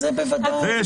זה בוודאי.